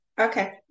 okay